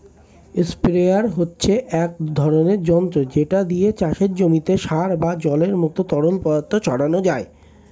sprayer হচ্ছে এক ধরনের যন্ত্র যেটা দিয়ে চাষের জমিতে সার বা জলের মতো তরল পদার্থ ছড়ানো যায়